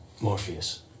Morpheus